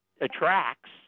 attracts